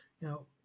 Now